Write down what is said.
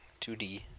2D